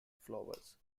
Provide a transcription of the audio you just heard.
flowers